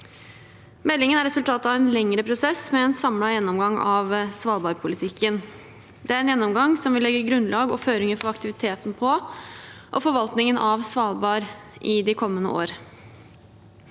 Meldingen er resultatet av en lengre prosess med en samlet gjennomgang av svalbardpolitikken. Det er en gjennomgang som vil legge grunnlag og føringer for aktiviteten på og forvaltningen av Svalbard i de kommende år.